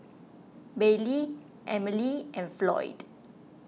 Baylee Emile and Floyd